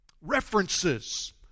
references